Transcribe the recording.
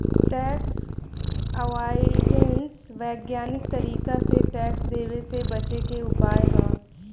tax avoidance वैज्ञानिक तरीका से टैक्स देवे से बचे के उपाय ह